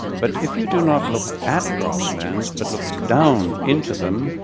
but if you do not look at grasslands but look down into them,